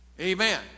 Amen